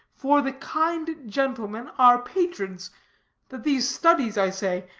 for the kind gentlemen, our patrons that these studies, i say,